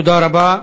תודה רבה.